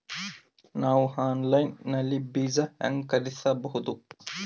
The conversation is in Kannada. ನಾವು ಆನ್ಲೈನ್ ನಲ್ಲಿ ಬೀಜ ಹೆಂಗ ಖರೀದಿಸಬೋದ?